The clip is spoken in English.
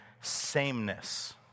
sameness